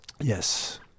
yes